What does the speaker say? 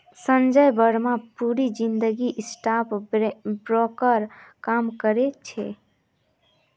संजय बर्मा पूरी जिंदगी stock broker काम करो छे